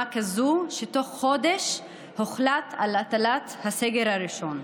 כזו שתוך חודש הוחלט על הטלת הסגר הראשון.